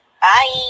Bye